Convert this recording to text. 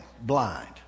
blind